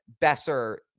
Besser